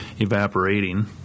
evaporating